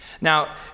Now